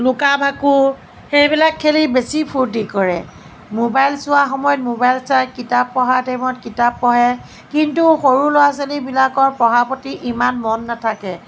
লুকা ভাকু সেইবিলাক খেলি বেছি ফুৰ্ত্তি কৰে ম'বাইল চোৱা সময়ত ম'বাইল চাই কিতাপ পঢ়া টাইমত কিতাপ পঢ়ে কিন্তু সৰু ল'ৰা ছোৱালীবিলকৰ পঢ়াৰ প্ৰতি ইমান মন নাথাকে